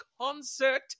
concert